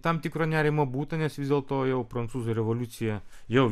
tam tikro nerimo būta nes vis dėl to jau prancūzų revoliucija jau